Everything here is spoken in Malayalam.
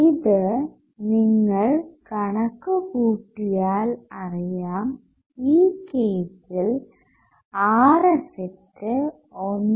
ഇത് നിങ്ങൾ കണക്കു കൂട്ടിയാൽ അറിയാം ഈ കേസ്സിൽ R എഫക്റ്റീവ് 1